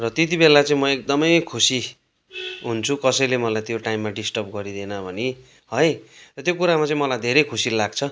र त्यतिबेला चाहिँ म एकदमै खुसी हुन्छु कसैले मलाई त्यो टाइममा डिस्टर्ब गरिदिएन भने है त्यो कुरामा चाहिँ मलाई धेरै खुसी लाग्छ